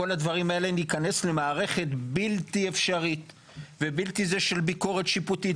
למערכת בלתי אפשרית של ביקורת שיפוטית